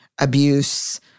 abuse